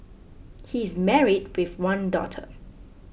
he is married with one daughter